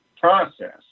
process